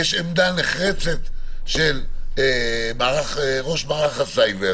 יש עמדה נחרצת של ראש מערך הסייבר